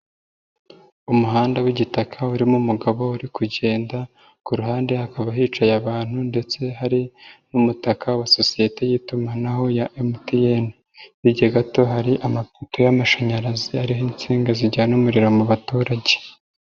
Umuhanda w'igitaka urimo umugabo uri kugenda, ku ruhande hakaba hicaye abantu ndetse hari n'umutaka wa sosiyete y'itumanaho ya MTN, hirya gato hari amapoto y'amashanyarazi ariho insinga zijyana umuriro mu baturage.